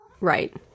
Right